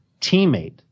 teammate